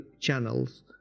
channels